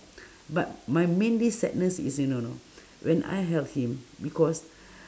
but my mainly sadness is you know know when I help him because